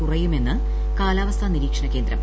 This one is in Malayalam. കുറയുമെന്ന് കാലാവ്സ്ഥാ നിരീക്ഷണ കേന്ദ്രം